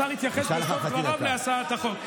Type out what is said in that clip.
השר יתייחס בסוף דבריו להצעת החוק.